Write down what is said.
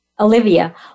Olivia